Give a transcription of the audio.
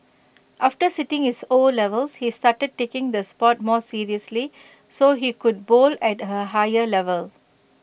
after sitting his O levels he started taking the Sport more seriously so he could bowl at her higher level